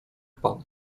pan